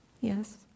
yes